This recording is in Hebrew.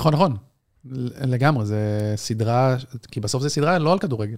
נכון, נכון. לגמרי, זה סדרה, כי בסוף זו סדרה לא על כדורגל.